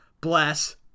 bless